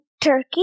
Turkey